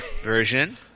version